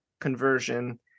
conversion